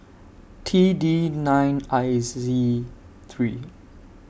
T D nine I Z three